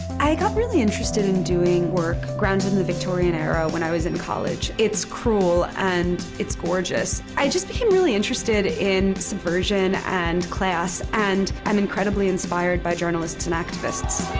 i got really interested in doing work grounded in the victorian era when i was in college. it's cruel and it's gorgeous. i just became really interested in subversion and class. and i'm incredibly inspired by journalists and activists.